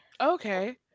Okay